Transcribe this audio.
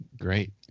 Great